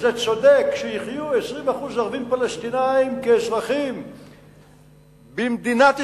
זה צודק שיחיו 20% ערבים פלסטינים כאזרחים במדינת ישראל,